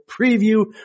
preview